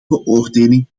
beoordeling